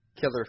Killer